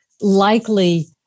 likely